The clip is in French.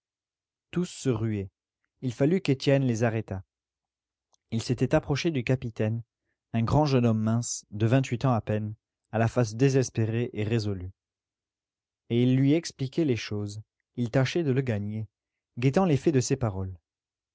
tous se ruaient il fallut qu'étienne les arrêtât il s'était approché du capitaine un grand jeune homme mince de vingt-huit ans à peine à la face désespérée et résolue et il lui expliquait les choses il tâchait de le gagner guettant l'effet de ses paroles